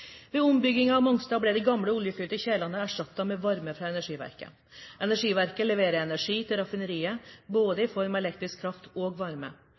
Ved ombyggingen av Mongstad ble de gamle oljefyrte kjelene erstattet med varme fra energiverket. Energiverket leverer energi til raffineriet, både i form av elektrisk kraft og varme,